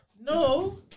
No